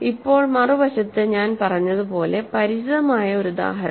ഇപ്പോൾ മറുവശത്ത് ഞാൻ പറഞ്ഞതുപോലെ പരിചിതമായ ഒരു ഉദാഹരണം